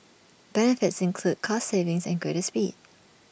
benefits include cost savings and greater speed